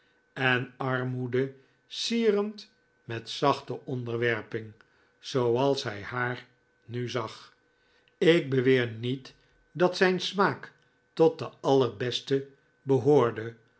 en armoede sierend met zachte onderwerping zooals hij haar nu zag ik beweer niet dat zijn smaak tot de allerbeste behoorde